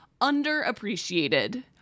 underappreciated